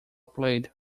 played